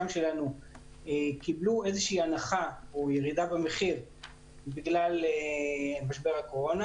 שלנו קיבלו איזושהי הנחה או ירידה במחיר בגלל משבר הקורונה.